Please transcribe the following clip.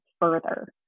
further